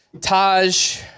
Taj